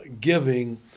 giving